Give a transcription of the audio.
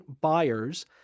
buyers